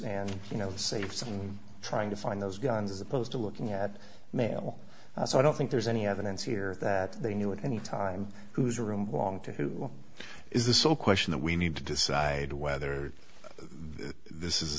and you know save something trying to find those guns as opposed to looking at mail so i don't think there's any evidence here that they knew at any time whose room long to who is the sole question that we need to decide whether this is a